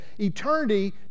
Eternity